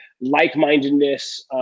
like-mindedness